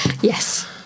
yes